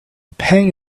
pang